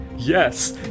Yes